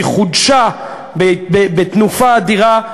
היא חודשה בתנופה אדירה,